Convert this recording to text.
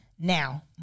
Now